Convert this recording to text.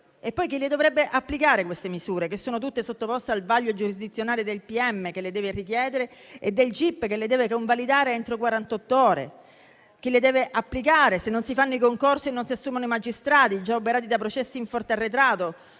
chi dovrebbe applicare queste misure, che sono tutte sottoposte al vaglio giurisdizionale del pubblico ministero, che le deve richiedere, e del gip, che le deve convalidare entro quarantott'ore? Chi le deve applicare, se non si fanno i concorsi e non si assumono i magistrati, già oberati da processi in forte arretrato,